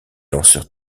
lanceurs